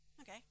okay